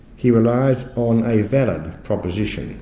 he relies on a valid proposition